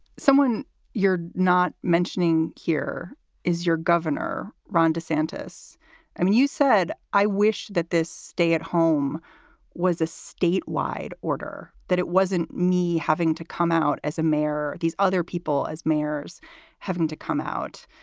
someone you're not mentioning here is your governor. ron desantis i mean, you said i wish that this stay at home was a statewide order, that it wasn't me having to come out as a mayor or these other people as mayors having to come out.